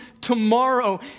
tomorrow